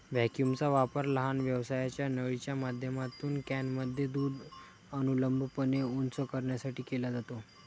व्हॅक्यूमचा वापर लहान व्यासाच्या नळीच्या माध्यमातून कॅनमध्ये दूध अनुलंबपणे उंच करण्यासाठी केला जातो